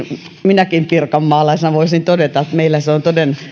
minäkin pirkanmaalaisena voisin todeta että meillä se on toden